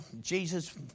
Jesus